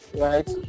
right